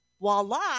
voila